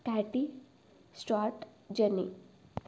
క్యాటీ start Janni